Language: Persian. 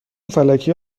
فلکه